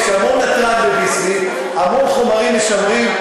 יש המון נתרן ב"ביסלי" והמון חומרים משמרים,